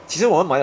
其实我有买了很多了可是他现在